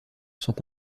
sont